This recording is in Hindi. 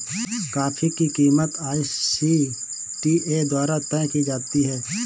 कॉफी की कीमत आई.सी.टी.ए द्वारा तय की जाती है